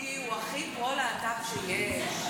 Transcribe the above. הליכודי הוא הכי פרו-להט"ב שיש.